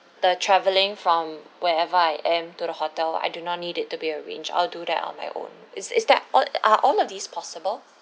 the travelling from wherever I am to the hotel I do not need it to be arranged I'll do that on my own is is that all are all of these possible